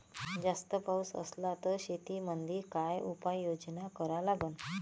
जास्त पाऊस असला त शेतीमंदी काय उपाययोजना करा लागन?